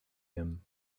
him